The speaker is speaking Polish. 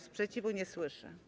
Sprzeciwu nie słyszę.